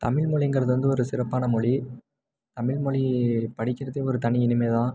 தமிழ் மொழிங்கிறது வந்து ஒரு சிறப்பான மொழி தமிழ் மொழி படிக்கிறதே ஒரு தனி இனிமை தான்